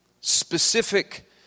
specific